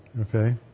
Okay